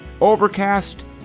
Overcast